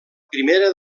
primera